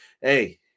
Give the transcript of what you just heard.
Hey